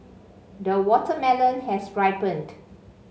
the watermelon has ripened